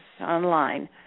online